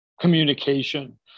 communication